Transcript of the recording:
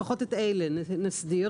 לפחות את אלה נסדיר.